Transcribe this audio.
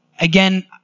Again